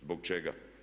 Zbog čega?